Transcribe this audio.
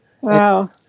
Wow